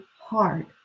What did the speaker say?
hard